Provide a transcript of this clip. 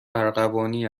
ارغوانی